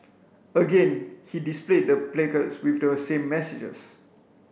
again he displayed the placards with the same messages